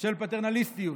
של פטרנליסטיות.